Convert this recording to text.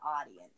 audience